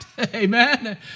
Amen